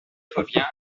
revient